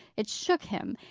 it shook him,